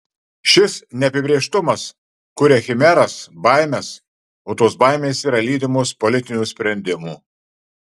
šis neapibrėžtumas kuria chimeras baimes o tos baimės yra lydimos politinių sprendimų